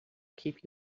keep